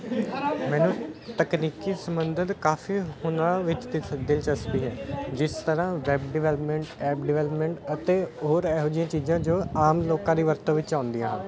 ਮੈਨੂੰ ਤਕਨੀਕੀ ਸੰਬੰਧਤ ਕਾਫੀ ਹੁਨਰਾਂ ਵਿੱਚ ਦਿਲਚਸਪੀ ਹੈ ਜਿਸ ਤਰ੍ਹਾਂ ਵੈੱਬ ਡਿਵੈਲਪਮੈਂਟ ਐਪ ਅਤੇ ਹੋਰ ਇਹੋ ਜਿਹੀਆ ਚੀਜ਼ਾਂ ਜੋ ਆਮ ਲੋਕਾਂ ਲਈ ਵਰਤੋਂ ਵਿੱਚ ਆਉਂਦੀ ਹਨ